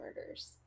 murders